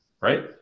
right